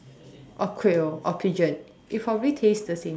or quail or pigeon it will probably taste the same thing